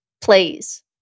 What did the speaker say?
Please